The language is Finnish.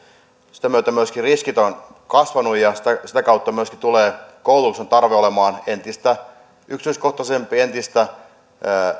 sen myötä myöskin riskit ovat kasvaneet ja sitä kautta myös tulee koulutuksen tarve olemaan entistä yksityiskohtaisempi entistä